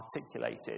articulated